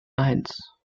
eins